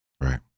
Right